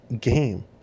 game